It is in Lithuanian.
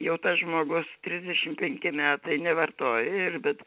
jau tas žmogus trisdešimt penki metai nevartoja ir bet